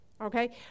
okay